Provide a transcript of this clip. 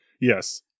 Yes